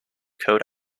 code